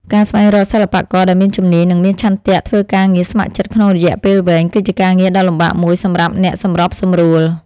ការស្វែងរកសិល្បករដែលមានជំនាញ និងមានឆន្ទៈធ្វើការងារស្ម័គ្រចិត្តក្នុងរយៈពេលវែង គឺជាការងារដ៏លំបាកមួយសម្រាប់អ្នកសម្របសម្រួល។